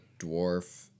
dwarf